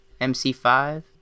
MC5